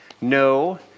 No